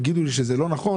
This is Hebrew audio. הם יגידו שזה לא נכון